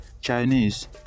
Chinese